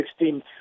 2016